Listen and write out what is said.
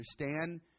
understand